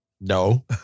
No